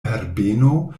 herbeno